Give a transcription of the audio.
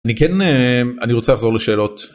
אני כן... אני רוצה לחזור לשאלות.